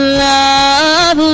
love